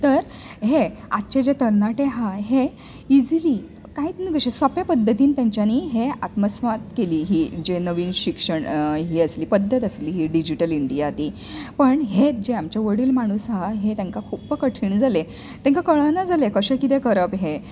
तर हे आजचे जे तरणाटे हा हे इजीली कायत न्हू कशे सोंंपे पद्दतीन तांच्यानी हें आत्मस्वाद केले हे म्हणजे नवीन शिक्षण ही आसली पद्दत आसली डिजीटल इंडियाची पण हेंत जे आमचे वडील माणूस आसा हें तांकां खूब कठीण जालें तेंका कळना जालें कशें कितें करप हें